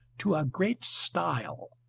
to a great style.